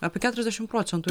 apie keturiasdešim procentų